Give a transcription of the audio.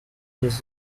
his